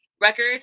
record